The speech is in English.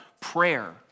prayer